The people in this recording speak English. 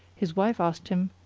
his wife asked him,